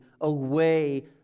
away